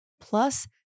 plus